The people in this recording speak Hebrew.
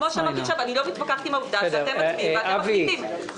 אני לא מתווכחת עם העובדה הזאת, אתם המחליטים.